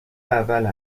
اول